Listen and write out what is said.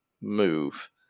move